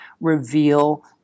reveal